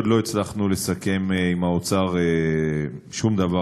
עוד לא הצלחנו לסכם עם האוצר שום דבר,